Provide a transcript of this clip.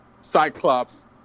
Cyclops